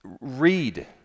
Read